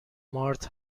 مارت